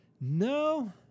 No